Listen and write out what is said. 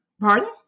Pardon